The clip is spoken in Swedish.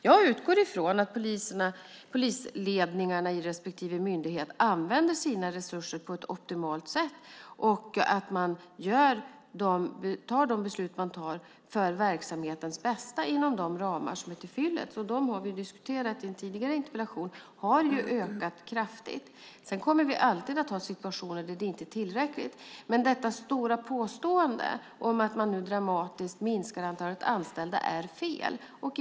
Jag utgår från att polisledningarna vid respektive myndighet använder sina resurser på ett optimalt sätt och att de beslut som fattas är för verksamhetens bästa inom de ramar som är tillfyllest. De har ökat kraftigt, vilket vi diskuterat i en tidigare interpellationsdebatt. Sedan kommer vi alltid att ha situationer där det inte är tillräckligt. Men påståendet att man dramatiskt minskar antalet anställda är felaktigt.